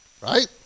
right